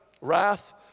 wrath